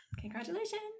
Congratulations